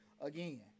again